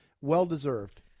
Well-deserved